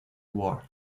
war